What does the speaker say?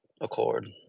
accord